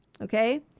Okay